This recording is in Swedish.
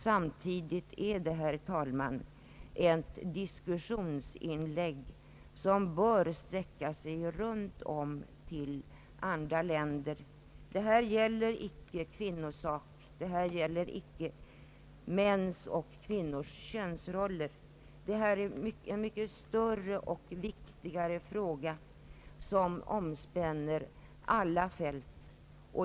Samtidigt är den, herr talman, ett diskussionsinlägg som bör spridas också i andra länder. Här gäller det icke en kvinnosak, icke mäns och kvinnors könsroller. Här gäller det en mycket större och viktigare fråga, som omspänner alla fält.